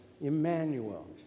Emmanuel